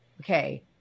okay